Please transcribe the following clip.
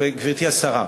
גברתי השרה,